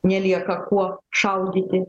nelieka kuo šaudyti